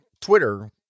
Twitter